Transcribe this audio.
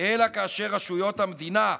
אלא כאשר רשויות המדינה,